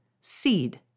seed